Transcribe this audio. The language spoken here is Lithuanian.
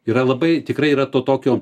yra labai tikrai yra to tokio